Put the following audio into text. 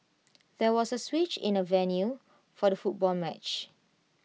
there was A switch in the venue for the football match